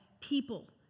people